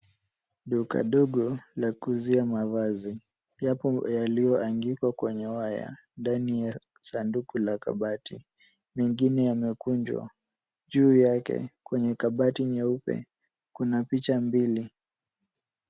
Duka dogo la kuuzia mavazi. Yako yaliyoanikwa kwenye waya ndani ya sanduku la kabati. Mengine yamekunjwa. Juu yake kwenye kabati nyeupe, kuna picha mbili.